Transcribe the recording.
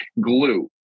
glue